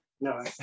No